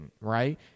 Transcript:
right